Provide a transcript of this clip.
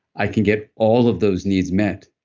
i can get all of those needs met,